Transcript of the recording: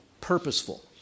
purposeful